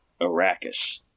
arrakis